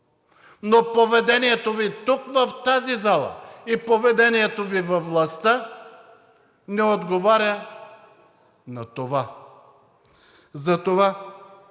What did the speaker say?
но поведението Ви тук в тази зала и поведението Ви във властта не отговарят на това.